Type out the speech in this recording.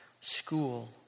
school